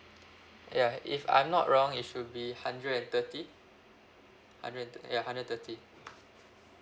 ya if I'm not wrong it should be hundred and thirty hundred and thir~ ya hundred and thirty